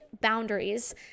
boundaries